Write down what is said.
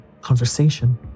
conversation